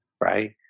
right